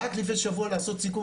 רק לפני שבוע לעשות סיכום,